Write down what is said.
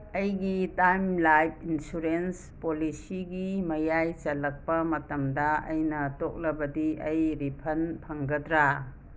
ꯑꯩꯒꯤ term life insurance ꯄꯣꯂꯤꯁꯤꯒꯤ ꯃꯌꯥꯏ ꯆꯜꯂꯛꯄ ꯃꯇꯝꯗ ꯑꯩꯅ ꯇꯣꯛꯂꯕꯗꯤ ꯑꯩ ꯔꯤꯐꯟ ꯐꯪꯒꯗ꯭ꯔꯥ